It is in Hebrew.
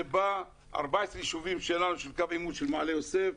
זה בא מ-14 יישובים שלנו של קו העימות במעלה יוסף,